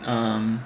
um